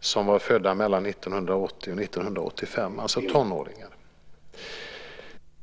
som var födda mellan 1980 och 1985. De var alltså tonåringar.